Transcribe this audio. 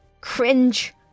cringe